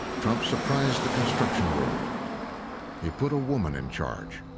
trump surprised the construction world he put a woman in charge.